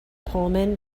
pullman